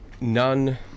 None